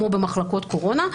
כמו במחלקות קורונה.